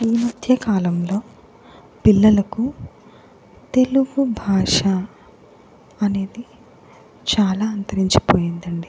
ఈ మధ్యకాలంలో పిల్లలకు తెలుగు భాష అనేది చాలా అంతరించిపోయిందండి